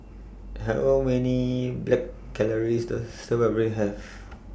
How Many Black Calories Does A Stir Fried Have